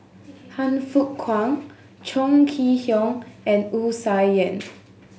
Han Fook Kwang Chong Kee Hiong and Wu Tsai Yen